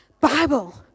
Bible